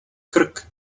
krk